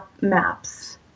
maps